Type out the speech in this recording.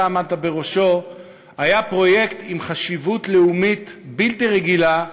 עמדת בראשו היה עם חשיבות לאומית בלתי רגילה,